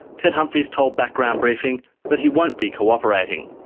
ted humphries told background briefing that he won't be co-operating.